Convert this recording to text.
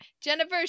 Jennifer